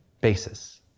basis